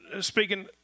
speaking